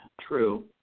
True